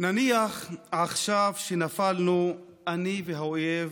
"נניח עכשיו שנפלנו, / אני והאויב,